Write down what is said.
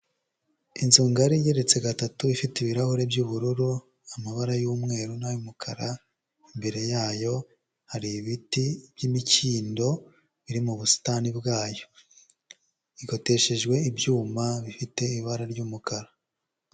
Inzu ngari igeretse gatatu ifite ibirahuri by'ubururu, amabara y'umweru n'ay'umukara, imbere yayo hari ibiti by'imikindo biri mu busitani bwayo, igoteshejwe ibyuma bifite ibara ry'umukara.